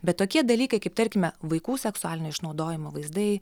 bet tokie dalykai kaip tarkime vaikų seksualinio išnaudojimo vaizdai